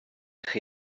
chdi